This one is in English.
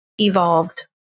evolved